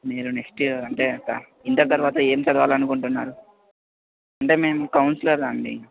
మీరు నెక్స్ట్ అంటే ఇక ఇంటర్ తరవాత ఏం చదవాలని అనుకుంటున్నారు అంటే మేము కౌన్సిలర్స్ అండి